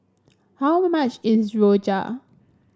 how much is rojak